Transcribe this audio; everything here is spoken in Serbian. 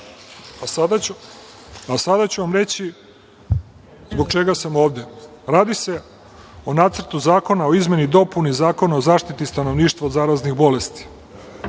ću vam reći zbog čega sam ovde. Radi se o Nacrtu zakona o izmeni i dopuni Zakona o zaštiti stanovništva od zaraznih bolesti.